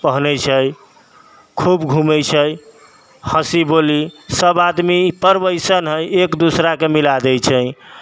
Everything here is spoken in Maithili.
पहनै छै खूब घूमै छै हँसी बोली सब आदमी ई पर्व अइसन हइ एक दोसराके मिला दै छै